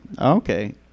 Okay